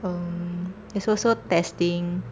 um there's also testing